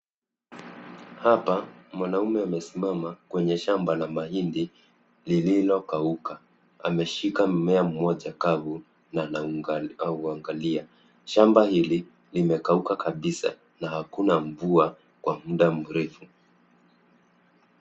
Hapa mwanaume amesimama kwenye shamba la mahindi lililokauka. Ameshika mmea mmoja kavu na anauangalia. Shamba hili limekauka kabisa na hakuna mvua kwa muda mrefu.